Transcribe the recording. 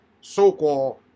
so-called